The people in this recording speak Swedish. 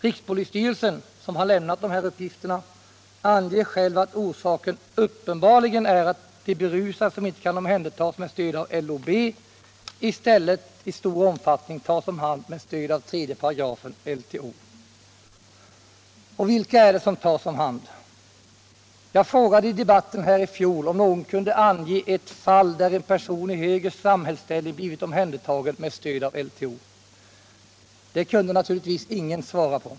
Rikspolisstyrelsen, som har lämnat de här uppgifterna, anger själv att orsaken uppenbarligen är att de berusade som inte kan omhändertas med stöd av LOB i stället i stor omfattning tas om hand med stöd av 3§ LTO. Och vilka är det som tas om hand? Jag frågade i debatten här i fjol om någon kunde ange ett fall där en person i högre samhällsställning blivit omhändertagen med stöd av LTO. Det kunde naturligtvis ingen svara på.